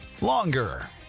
longer